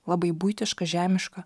labai buitiška žemiška